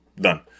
done